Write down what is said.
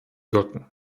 wirken